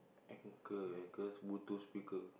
ankle ankle bluetooth speaker